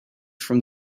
from